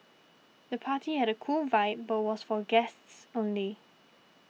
the party had a cool vibe but was for guests only